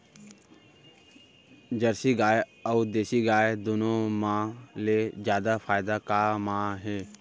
Jersey गाय अऊ देसी गाय दूनो मा ले जादा फायदा का मा हे?